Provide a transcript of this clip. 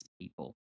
people